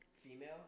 Female